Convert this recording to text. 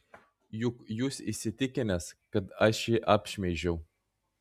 juk jūs įsitikinęs kad aš jį apšmeižiau